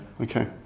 okay